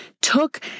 took